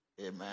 Amen